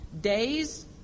Days